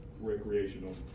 recreational